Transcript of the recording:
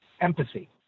empathy